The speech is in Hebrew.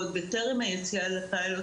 ועוד טרם היציאה לפיילוט,